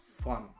fun